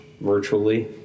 virtually